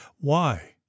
Why